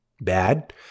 Bad